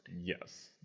Yes